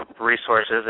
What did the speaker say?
resources